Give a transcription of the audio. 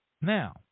Now